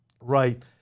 right